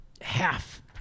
half